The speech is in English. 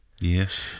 Yes